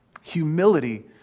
humility